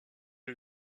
est